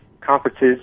conferences